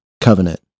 covenant